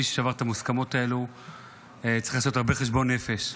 ומי ששבר את המוסכמות האלה צריך לעשות הרבה חשבון נפש.